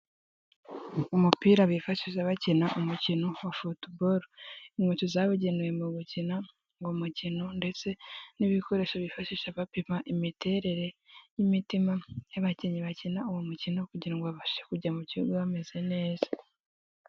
Umupira bifashi bakina umukino wa futubolo, inkweto zabugenewe mu gukina uwo mukino ndetse n'ibikoresho bifashisha bapima imiterere y'imitima y'abakinnyi bakina uwo mukino, kugira ngo babashe kujya mu kibuga bameze neza.